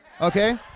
Okay